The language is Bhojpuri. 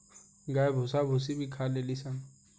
गाय भूसा भूसी भी खा लेली सन